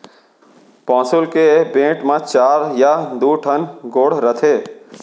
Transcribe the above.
पौंसुल के बेंट म चार या दू ठन गोड़ रथे